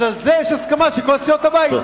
אז על זה יש הסכמה של כל סיעות הבית,